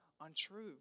untrue